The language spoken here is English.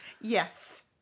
Yes